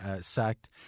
sacked